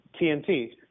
TNT